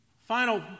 Final